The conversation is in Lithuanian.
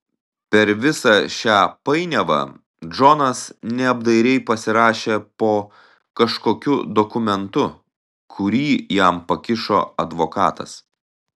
per visą šią painiavą džonas neapdairiai pasirašė po kažkokiu dokumentu kurį jam pakišo advokatas